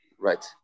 right